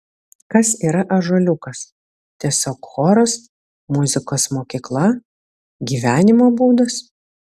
kas yra ąžuoliukas tiesiog choras muzikos mokykla gyvenimo būdas